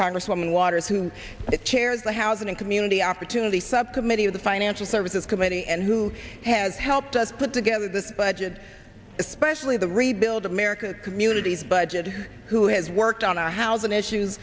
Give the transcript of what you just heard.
congresswoman waters who chairs the housing and community opportunity subcommittee of the financial services committee and who has helped us put together this budget especially the rebuild america community's budget who has worked on our housing issues